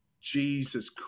Jesus